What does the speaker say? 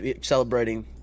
celebrating